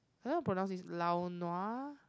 I don't know how pronounce this lao nua